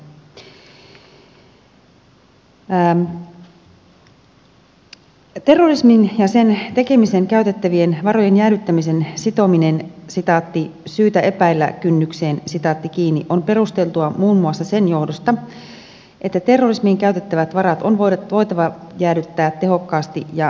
terrorismiin ja sen tekemiseen käytettävien varojen jäädyttämisen sitominen syytä epäillä kynnykseen on perusteltua muun muassa sen johdosta että terrorismiin käytettävät varat on voitava jäädyttää tehokkaasti ja nopeasti